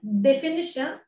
definitions